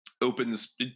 Opens